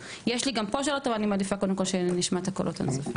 יש לי גם פה שאלות אבל אני מעדיפה שנשמע קודם את הקולות הנוספים.